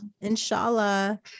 Inshallah